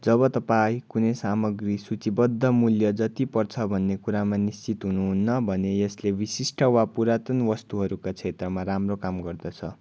जब तपाईँ कुनै सामग्री सूचीबद्ध मूल्य जति पर्छ भन्ने कुरामा निश्चित हुनुहुन्न भने यसले विशिष्ट वा पुरातन वस्तुहरूका क्षेत्रमा राम्रो काम गर्दछ